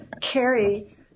carry